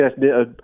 Yes